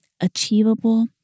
achievable